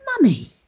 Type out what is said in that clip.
Mummy